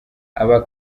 aba